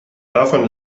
davon